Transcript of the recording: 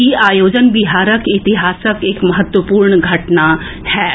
ई आयोजन बिहारक इतिहासक एक महत्वपूर्ण घटना होयत